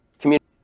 community